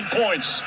points